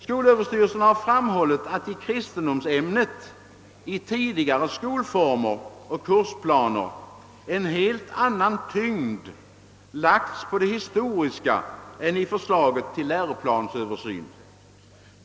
Skolöverstyrelsen har framhållit att man i tidigare skolformer och kursplaner lagt en helt annan tyngd på det historiska än man gör i föreliggande förslag till läroplansöversyn.